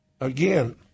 again